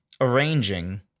arranging